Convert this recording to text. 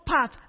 path